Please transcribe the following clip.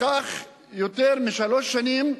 לקח יותר משלוש שנים,